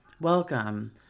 Welcome